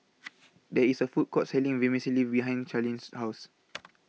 There IS A Food Court Selling Vermicelli behind Charline's House